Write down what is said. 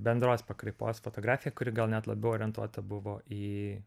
bendros pakraipos fotografiją kuri gal net labiau orientuota buvo į